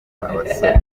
abasore